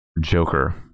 Joker